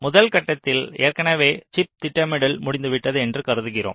முதல் கட்டத்தில் ஏற்கனவே சிப் திட்டமிடல் முடிந்துவிட்டது என்று கருதுகிறோம்